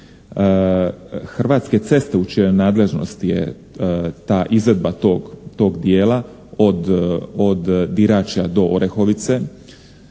Hrvatske ceste u čijoj nadležnosti je ta izvedba tog dijela od Birača do Orehovice